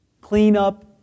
cleanup